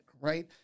right